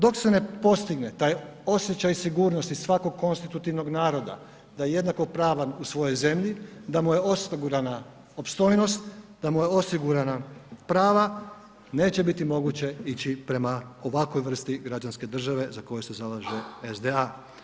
Dok se ne postigne taj osjećaj sigurnosti svakog konstitutivnog naroda da je jednakopravan u svojoj zemlji, da mu je osigurana opstojnost, da mu je osigurana prava, neće biti moguće ići prema ovakvoj vrsti građanske države za koju se zalaže SDA.